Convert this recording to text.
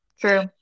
True